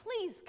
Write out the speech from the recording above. please